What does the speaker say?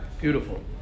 beautiful